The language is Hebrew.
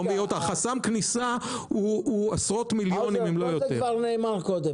לא כתבנו מתי הוא צריך להגיש את הבקשה,